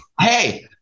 Hey